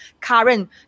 current